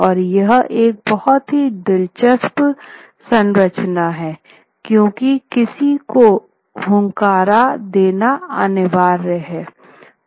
और यह एक बहुत ही दिलचस्प संरचना है क्यूंकि किसी को हुनकारा देना अनिवार्य है